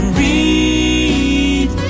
read